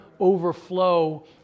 overflow